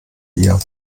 ihr